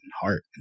heart